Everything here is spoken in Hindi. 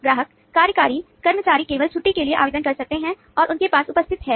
ग्राहक कार्यकारी कर्मचारी केवल छुट्टी के लिए आवेदन कर सकते हैं और उनके पास उपस्थिति है